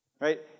Right